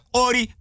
ori